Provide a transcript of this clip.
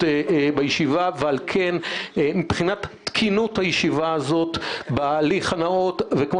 בישיבה ועל כן מבחינת תקינות הישיבה הזו בהליך הנאות וכפי